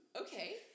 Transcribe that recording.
okay